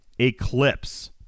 eclipse